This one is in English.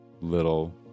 little